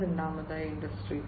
രണ്ടാമതായി ഇൻഡസ്ട്രി 4